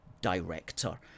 director